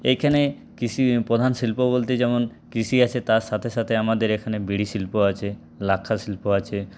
এইখানে কৃষি প্রধান শিল্প বলতে যেমন কৃষি আছে তার সাথে সাথে আমাদের এখানে বিড়ি শিল্প আছে লাক্ষা শিল্প আছে